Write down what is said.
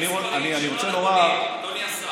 אתה משחק במספרים שהם לא נכונים, אדוני השר.